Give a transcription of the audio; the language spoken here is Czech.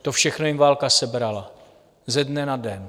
To všechno jim válka sebrala, ze dne na den.